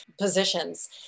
positions